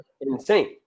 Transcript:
insane